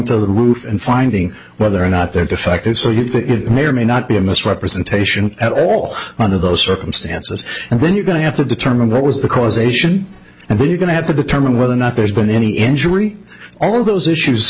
to the root and finding whether or not there defective so you may or may not be a misrepresentation at all under those circumstances and then you're going to have to determine what was the causation and then you're going to have to determine whether or not there's been any injury all of those issues